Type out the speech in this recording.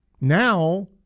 now